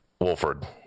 Wolford